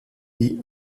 die